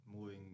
moving